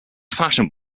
fashion